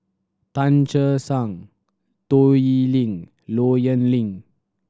Tan Che Sang Toh Yiling Low Yen Ling